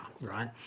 right